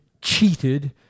cheated